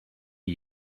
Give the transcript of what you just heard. are